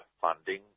funding